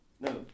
no